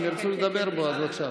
אם ירצו לדבר בו אז בבקשה.